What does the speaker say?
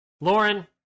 Lauren